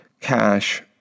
cash